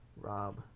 Rob